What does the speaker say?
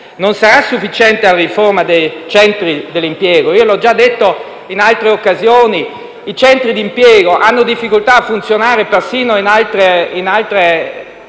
Non sarà sufficiente la riforma dei centri per l'impiego. L'ho già detto in altre occasioni: i centri per l'impiego hanno difficoltà a funzionare persino in altre